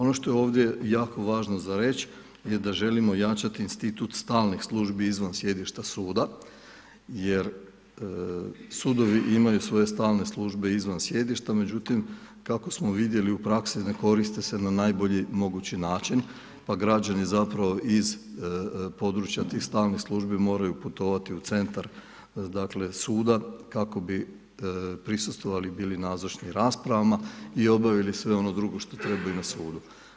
Ono što je ovdje jako važno za reći je da želimo jačati institut stalnih službi izvan sjedišta suda jer sudovi imaju svoje stalne službe izvan sjedišta, međutim kako smo vidjeli u praksi ne koriste se na najbolji mogući način pa građani zapravo iz područja tih stalnih službi moraju putovati u centar suda kako bi prisustvovali i bili nazočni raspravama i obavili sve ono drugo što trebaju na sudu.